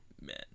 men